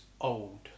Old